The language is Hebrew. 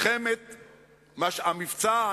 המבצע,